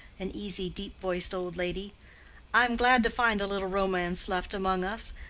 an easy, deep-voiced old lady i'm glad to find a little romance left among us.